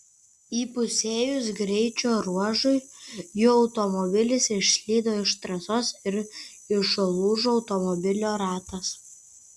įpusėjus greičio ruožui jų automobilis išslydo iš trasos ir išlūžo automobilio ratas